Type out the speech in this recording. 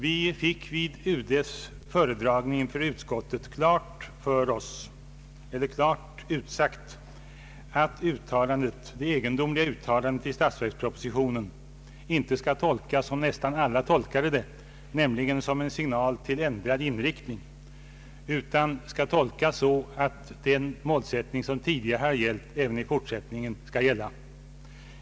Vi fick vid föredragningen i utskottet klart utsagt att det egendomliga uttalandet i statsverkspropositionen inte skall tolkas så som nästan alla tolkade det, nämligen som en signal till ändrad inriktning, utan så att den målsättning som tidigare gällt även i fortsättningen skall gälla.